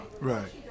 right